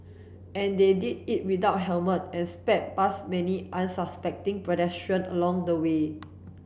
and they did it without helmet and sped past many unsuspecting pedestrian along the way